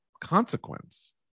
consequence